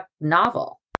novel